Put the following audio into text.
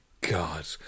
god